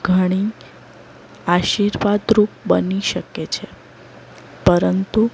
ઘણી આશીર્વાદરૂપ બની શકે છે પરંતુ